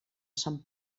sant